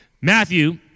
Matthew